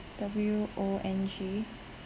W O N G